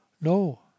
No